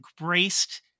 embraced